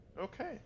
okay